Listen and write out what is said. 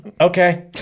Okay